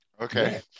Okay